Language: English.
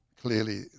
clearly